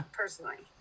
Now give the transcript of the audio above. personally